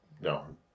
no